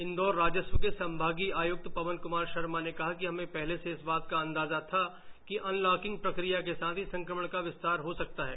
इंदौर राजस्व के संभागीय आयुक्त पवन कुमार शर्मा ने कहा कि हमें पहले से इस बात का अंदाजा था कि अनलॉकिंग प्रक्रिया के साथ ही संक्रमण का विस्तार हो सकता है